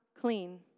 clean